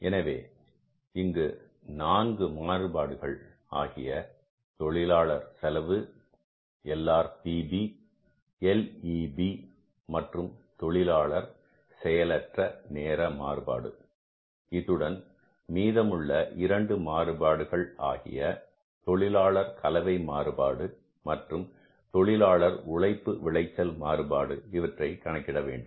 எனவே இந்நான்கு மாறுபாடுகள் ஆகிய தொழிலாளர் செலவு LRPB LEB மற்றும் தொழிலாளர் செயலற்ற நேர மாறுபாடு இத்துடன் மீதமுள்ள இரண்டு மாறுபாடுகள் ஆகிய தொழிலாளர் கலவை மாறுபாடு மற்றும் தொழிலாளர் உழைப்பு விளைச்சல் மாறுபாடு இவற்றை கணக்கிட வேண்டும்